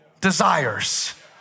desires